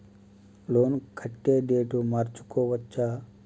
Loan కట్టే date మార్చుకోవచ్చా?